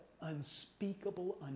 unspeakable